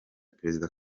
perezida